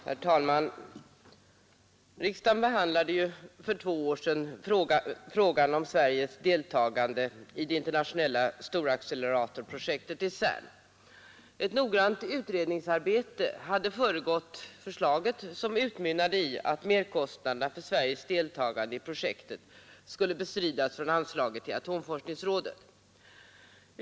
Herr talman! Riksdagen behandlade för två år sedan frågan om Sveriges deltagande i det internationella storacceleratorprojektet i CERN. Ett noggrant utredningsarbete hade föregått förslaget, som utmynnade i att merkostnaderna för Sveriges deltagande i projektet skulle bestridas från anslaget till atomforskningsrådet.